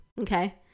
okay